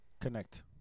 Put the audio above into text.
Connect